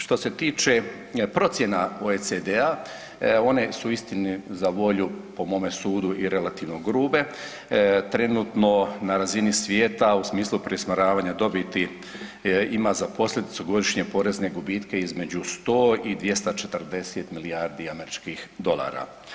Što se tiče procjena OECS-a, one su istini za volju po mome sudu i relativno grube, trenutno na razini svijeta u smislu preusmjeravanja dobiti ima za posljedicu godišnje porezne gubitke između 100 i 240 milijardi američkih dolara.